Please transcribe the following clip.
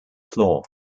floor